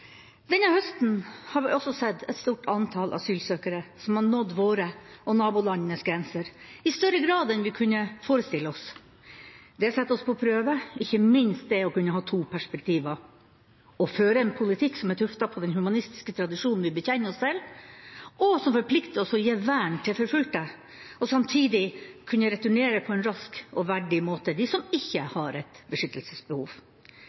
Denne høsten har vi også sett et stort antall asylsøkere som har nådd våre og nabolandenes grenser, i større grad enn vi kunne forestille oss. Det setter oss på prøve, ikke minst når det gjelder det å kunne ha to perspektiver: å føre en politikk som er tuftet på den humanistiske tradisjonen vi bekjenner oss til, og som forplikter oss til å gi vern til forfulgte, og samtidig kunne returnere på en rask og verdig måte dem som ikke har et beskyttelsesbehov.